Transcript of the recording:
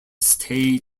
stay